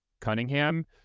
Cunningham